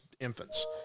infants